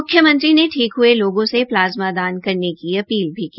मुख्यमंत्री ने ठीक ह्ये लोगों से प्लाज्मा दान करने की अपील भी की